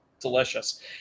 delicious